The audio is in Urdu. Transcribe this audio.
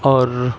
اور